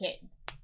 kids